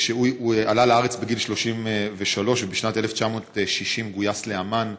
הוא עלה לארץ בגיל 33 ובשנת 1960 גויס לאמ"ן,